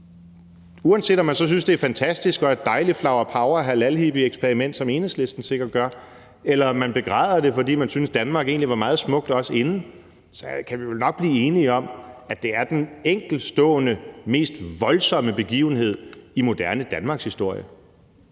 Uanset om man så synes, det er fantastisk og et dejligt flowerpower-halalhippie-eksperiment, som Enhedslisten sikkert gør, eller om man begræder det, fordi man synes, at Danmark egentlig også var meget smukt inden, så kan vi vel nok blive enige om, at det er den enkeltstående mest voldsomme begivenhed i moderne danmarkshistorie.